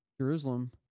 Jerusalem